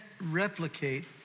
replicate